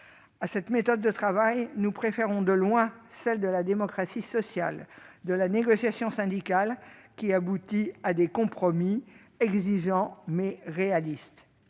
À ces méthodes de travail, nous préférons de loin celles de la démocratie sociale et de la négociation syndicale, qui aboutissent à des compromis exigeants, mais réalistes.